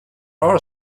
are